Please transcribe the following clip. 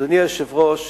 אדוני היושב-ראש,